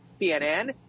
CNN